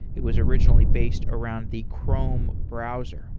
it was originally based around the chrome browser.